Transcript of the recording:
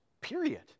Period